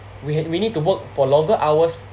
we had we need to work for longer hours